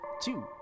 Two